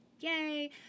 yay